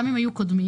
גם אם היו קודמים.